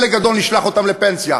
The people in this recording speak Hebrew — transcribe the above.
חלק גדול, נשלח אותם לפנסיה.